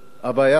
הבעיה סבוכה.